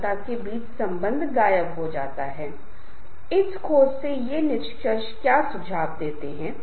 मानदंड समूह के सदस्यों द्वारा साझा स्वीकार्य और अस्वीकार्य व्यवहार के स्वीकार्य मानकों या सीमाओं को परिभाषित करते हैं